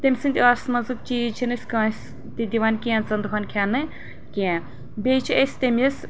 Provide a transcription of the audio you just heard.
تٔمۍ سٕنٛز ٲس منٛزُک چیٖز چھِنہٕ أسۍ کٲنٛسہِ تہِ دِوان کینٛژن دۄہن کھٮ۪نہٕ کینٛہہ بیٚیہِ چھِ أسۍ تٔمِس